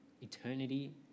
Eternity